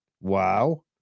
Wow